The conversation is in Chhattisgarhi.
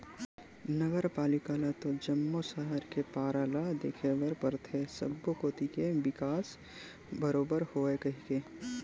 नगर पालिका ल तो जम्मो सहर के पारा ल देखे बर परथे सब्बो कोती के बिकास बरोबर होवय कहिके